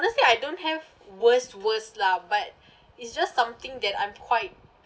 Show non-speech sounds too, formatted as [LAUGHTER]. let's say I don't have worst worst lah but [BREATH] it's just something that I'm quite